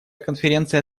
конференция